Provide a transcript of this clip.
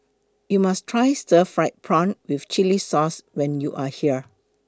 YOU must Try Stir Fried Prawn with Chili Sauce when YOU Are here